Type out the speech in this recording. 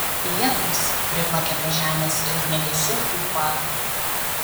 lietūs priplakė prie žemės ir ugniagesių ūpą